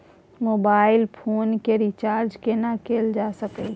Mobile phone के recharge केना कैल जा सकै छै?